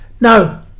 No